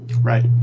Right